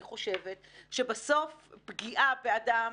אני חושבת שבסוף פגיעה באדם,